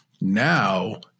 now